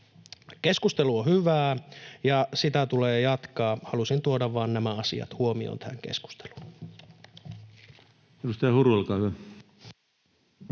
Keskustelu on hyvää, ja sitä tulee jatkaa. Halusin tuoda vain nämä asiat huomioon tähän keskusteluun. [Speech 59] Speaker: